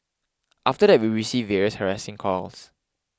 after that we received various harassing calls